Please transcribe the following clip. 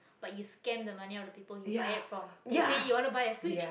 but you scam the money out of the people you buy it from they say you wanna to buy a fridge